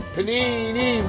Panini